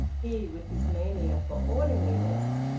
he with his mania for orderliness!